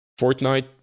Fortnite